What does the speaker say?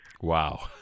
Wow